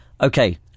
Okay